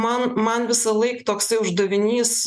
man man visąlaik toksai uždavinys